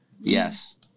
Yes